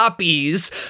copies